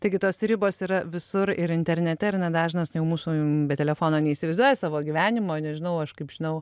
taigi tos ribos yra visur ir internete ir nedažnas jau mūsų be telefono neįsivaizduoja savo gyvenimo nežinau aš kaip žinau